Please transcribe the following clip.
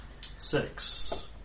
Six